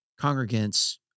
congregants